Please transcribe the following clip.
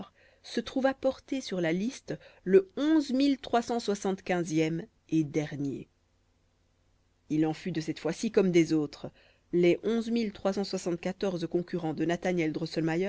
se trouva porté sur la liste le e et dernier il en fut de cette fois-ci comme des autres les concurrents de nathaniel